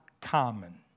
common